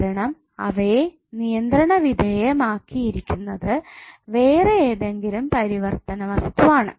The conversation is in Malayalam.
കാരണം അവയെ നിയന്ത്രണവിധേയമാക്കിയിരിക്കുന്നത് വേറെ ഏതെങ്കിലും പരിവർത്തിതവസ്തു ആണ്